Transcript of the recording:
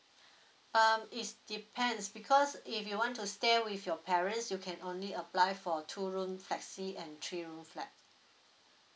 um is depends because if you want to stay with your parents you can only apply for a two room flexi and three room flat